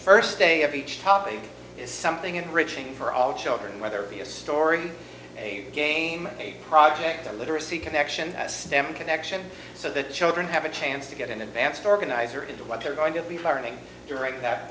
first day of each topic is something enriching for all children whether it be a story a game a project or literacy connection a stem connection so the children have a chance to get an advanced organizer into what they're going to be learning to write that